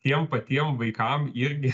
tiem patiem vaikam irgi